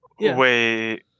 Wait